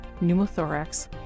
pneumothorax